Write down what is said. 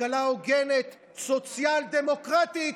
כלכלה הוגנת, סוציאל-דמוקרטית,